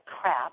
crap